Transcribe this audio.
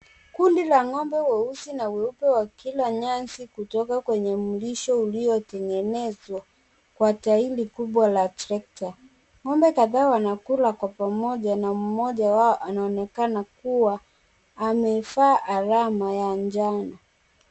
Kundi la ng'ombe weupe na weusi wakila nyasi kutoka kwenye mlisho uliotengenezwa kwa tairi kubwa la trekta. Ng'ombe kadhaa wanakula kwa pamoja na mmoja wao anaonekana kuwa amevaa alama ya njano.